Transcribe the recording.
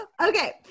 Okay